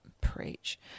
Preach